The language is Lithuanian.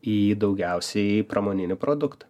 į daugiausiai į pramoninį produktą